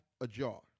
ajar